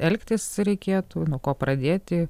elgtis reikėtų nuo ko pradėti